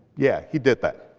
yeah, he did that.